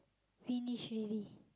finish already